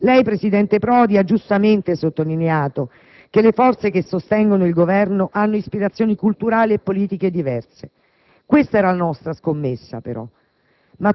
Lei, presidente Prodi, ha giustamente sottolineato che le forze che sostengono il Governo hanno ispirazioni culturali e politiche diverse (questa era la nostra scommessa, però),